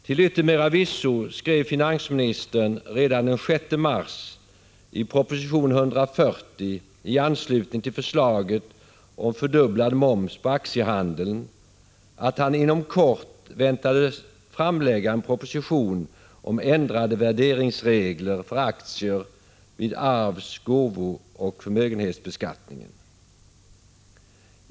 Till yttermera visso skrev finansministern redan den 6 mars i proposition 140 i anslutning till förslaget om fördubblad moms på aktiehandeln att han inom kort avsåg att framlägga en proposition om ändrade värderingsregler för aktier vid arvs-, gåvooch förmögenhetsbeskattningen.